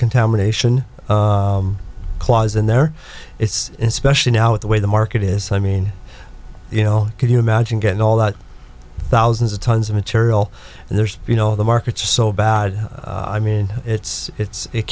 contamination clause in there it's especially now with the way the market is i mean you know could you imagine getting all the thousands of tons of material and there's you know the markets are so bad i mean it's it's it